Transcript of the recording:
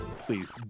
Please